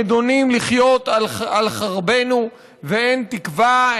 נדונים לחיות על חרבנו ואין תקווה,